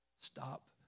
Stop